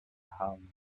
have